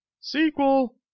sequel